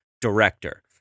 director